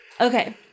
Okay